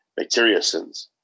bacteriocins